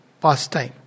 pastime